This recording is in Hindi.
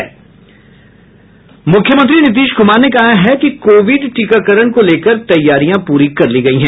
मुख्यमंत्री नीतीश कुमार ने कहा है कि कोविड टीकाकरण को लेकर तैयारियां पूरी कर ली गयी है